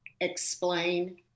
explain